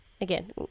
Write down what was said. Again